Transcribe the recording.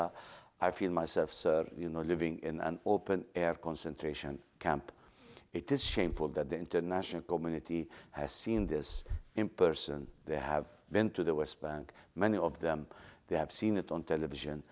a i feel myself you know living in an open air concentration camp it is shameful that the international community has seen this in person they have been to the west bank and any of them they have seen it on television